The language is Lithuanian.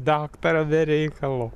daktarą be reikalo